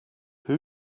who